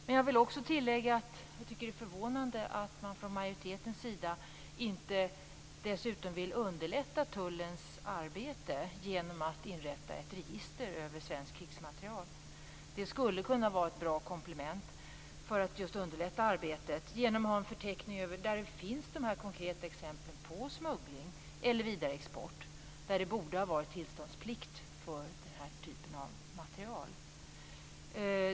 Men jag vill tillägga att jag tycker att det är förvånande att man från majoritetens sida inte dessutom vill underlätta tullens arbete genom att inrätta ett register över svensk krigsmateriel. Det skulle kunna vara ett bra komplement för att underlätta arbetet om man hade en förteckning över konkreta exempel på smuggling eller vidareexport där det borde har varit tillståndsplikt för denna typ av materiel.